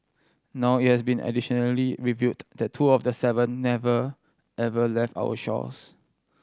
now it has been additionally revealed that two of the seven never left our shores